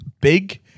big